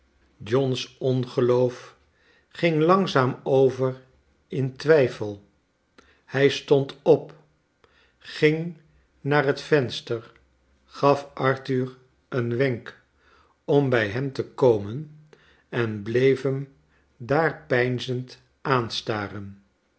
john's ongeloof ging langzaam over in twljfel hij stond op ging naar het venster gaf arthur een wenk om bij hem te kornen en bleef hem daar peinzend